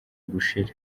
gushira